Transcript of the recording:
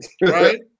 right